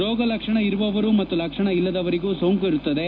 ರೋಗದ ಲಕ್ಷಣ ಇರುವವರು ಮತ್ತು ಲಕ್ಷಣ ಇಲ್ಲದವರಿಗೂ ಸೋಂಕು ಇರುತ್ತದೆ